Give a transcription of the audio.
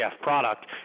product